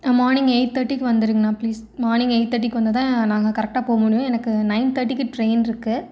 morning eight தேர்ட்டிக்கு வந்திருங்ணா please morning eight தேர்ட்டிக்கு வந்தால் தான் நாங்கள் கரெக்டாக போக முடியும் எனக்கு நைன் தேர்ட்டிக்கு டிரெயின்ருக்குது